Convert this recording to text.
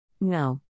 No